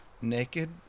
naked